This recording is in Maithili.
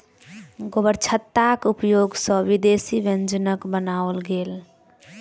गोबरछत्ताक उपयोग सॅ विदेशी व्यंजनक बनाओल गेल